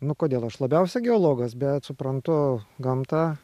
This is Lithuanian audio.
nu kodėl aš labiausiai geologas bet suprantu gamtą